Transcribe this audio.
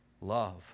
love